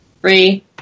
Three